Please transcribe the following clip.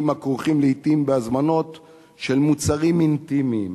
בהזמנות של מוצרים אינטימיים,